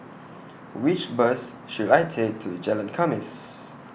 Which Bus should I Take to Jalan Khamis